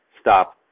stop